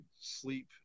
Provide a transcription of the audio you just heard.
sleep